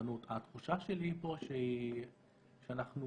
התחושה שלי היא שאנחנו